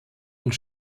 und